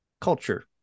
culture